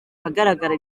ahagaragara